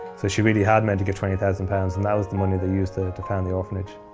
so she really had meant to give twenty thousand pounds, and that was the money they used to to found the orphanage.